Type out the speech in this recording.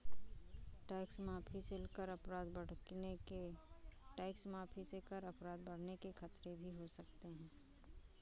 tax माफी से कर अपराध बढ़ने के खतरे भी हो सकते हैं